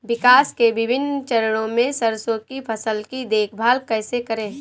विकास के विभिन्न चरणों में सरसों की फसल की देखभाल कैसे करें?